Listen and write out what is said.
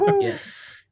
Yes